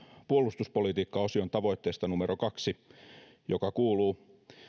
puolustuspolitiikka osion tavoitteesta numero kaksi joka kuuluu